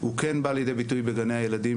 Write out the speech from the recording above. הוא כן בא לידי ביטוי בגני הילדים,